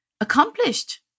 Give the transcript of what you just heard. accomplished